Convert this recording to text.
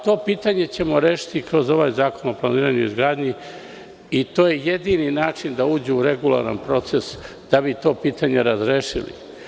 To pitanje ćemo rešiti kroz ovaj Zakon o planiranju i izgradnji i to je jedini način da uđe u regularan proces da bi to pitanje razrešili.